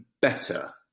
better